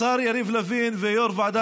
השר יריב לוין ויו"ר ועדת החוקה.